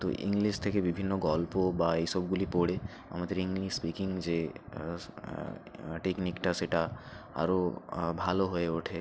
তো ইংলিশ থেকে বিভিন্ন গল্প বা এই সবগুলি পড়ে আমাদের ইংলিশ স্পিকিং যে টেকনিকটা সেটা আরও ভালো হয়ে ওঠে